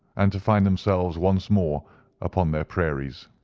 and to find themselves once more upon their prairies.